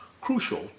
crucial